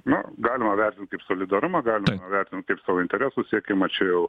nu galima vertint kaip solidarumą galima vertint kaip savo interesų siekimą čia jau